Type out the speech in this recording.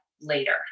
later